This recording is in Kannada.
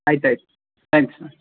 ಆಯ್ತು ಆಯ್ತು ತ್ಯಾಂಕ್ಸ್